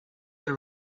the